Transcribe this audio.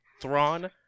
Thrawn